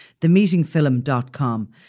TheMeetingFilm.com